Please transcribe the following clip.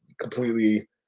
completely